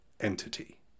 entity